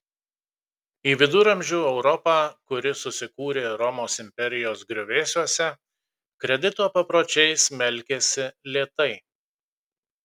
į viduramžių europą kuri susikūrė romos imperijos griuvėsiuose kredito papročiai smelkėsi lėtai